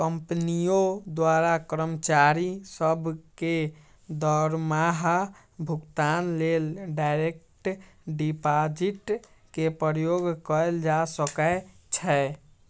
कंपनियों द्वारा कर्मचारि सभ के दरमाहा भुगतान लेल डायरेक्ट डिपाजिट के प्रयोग कएल जा सकै छै